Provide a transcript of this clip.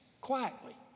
quietly